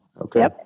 Okay